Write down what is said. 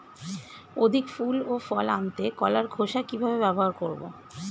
অধিক ফুল ও ফল আনতে কলার খোসা কিভাবে ব্যবহার করব?